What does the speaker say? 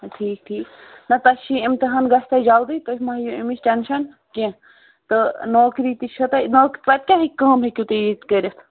ٹھیٖک ٹھیٖک نہ تۄہہِ چھُ یہِ اِمتِحان گَژھِ تۄہہِ جَلدی تُہۍ مَہ ہیٚیِو اَمِچ ٹٮ۪نشَن کینٛہہ تہٕ نوکری تہِ چھےٚ تۄہہِ نوکری پتہٕ کیٛاہ ہیٚکہِ کٲم ہیکِو تُہۍ ییٚتہِ کٔرِتھ